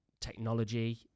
technology